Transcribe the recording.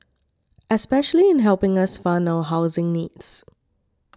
especially in helping us fund our housing needs